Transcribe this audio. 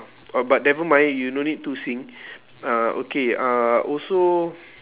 oh but never mind you no need to sing uh okay uh also